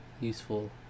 useful